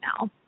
now